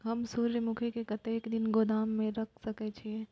हम सूर्यमुखी के कतेक दिन गोदाम में रख सके छिए?